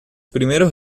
primeros